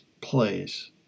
place